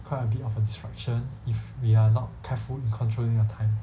quite a bit of a distraction if we're not careful in controlling our time